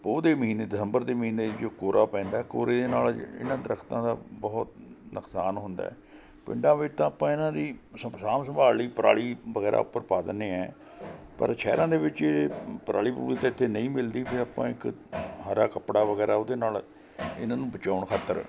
ਪੋਹ ਦੇ ਮਹੀਨੇ ਦਸੰਬਰ ਦੇ ਮਹੀਨੇ ਜੋ ਕੋਰਾ ਪੈਂਦਾ ਕੋਰੇ ਦੇ ਨਾਲ਼ ਇਹਨਾਂ ਦਰਖਤਾਂ ਦਾ ਬਹੁਤ ਨੁਕਸਾਨ ਹੁੰਦਾ ਹੈ ਪਿੰਡਾਂ ਵਿੱਚ ਤਾਂ ਆਪਾਂ ਇਹਨਾਂ ਦੀ ਸਭ ਸਾਂਭ ਸੰਭਾਲ ਲਈ ਪਰਾਲ਼ੀ ਵਗੈਰਾ ਉੱਪਰ ਪਾ ਦਿੰਦੇ ਹੈ ਪਰ ਸ਼ਹਿਰਾਂ ਦੇ ਵਿੱਚ ਪਰਾਲ਼ੀ ਪਰੂਲੀ ਤਾਂ ਇੱਥੇ ਨਹੀਂ ਮਿਲਦੀ ਅਤੇ ਆਪਾਂ ਇੱਕ ਹਰਾ ਕੱਪੜਾ ਵਗੈਰਾ ਉਹਦੇ ਨਾਲ਼ ਇਹਨਾਂ ਨੂੰ ਬਚਾਉਣ ਖਾਤਰ